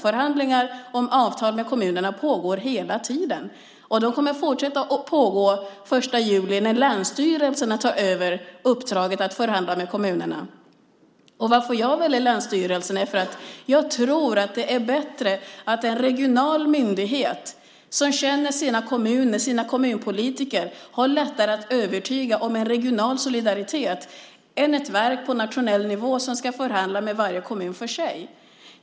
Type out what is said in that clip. Förhandlingar om avtal med kommunerna pågår hela tiden, och de kommer att fortsätta att pågå den 1 juli när länsstyrelserna tar över uppdraget att förhandla med kommunerna. Anledningen till att jag väljer länsstyrelserna är att jag tror att det är bättre. En regional myndighet som känner sina kommuner och sina kommunpolitiker har lättare att övertyga om en regional solidaritet än ett verk på nationell nivå som ska förhandla med varje kommun för sig.